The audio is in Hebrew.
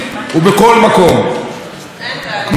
כמו כן, ולא חשוב אלא אפילו יותר חשוב,